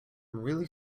really